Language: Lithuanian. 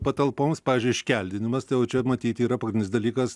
patalpoms pavyzdžiui iškeldinimas tai jau čia matyt yra pagrindinis dalykas